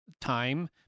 time